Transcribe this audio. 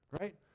Right